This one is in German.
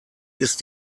ist